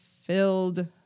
filled